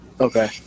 Okay